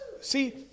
See